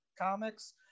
comics